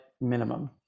minimum